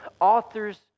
author's